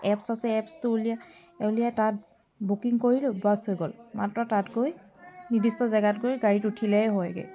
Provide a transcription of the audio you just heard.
apps আছে এপ্ছটো উলিয়াই তাত বুকিং কৰিলোঁ বাছ হৈ গ'ল মাত্ৰ তাত গৈ নিৰ্দিষ্ট জেগাত গৈ গাড়ীত উঠিলেই হয়গৈ